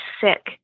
sick